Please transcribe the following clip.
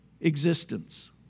existence